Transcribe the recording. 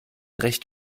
recht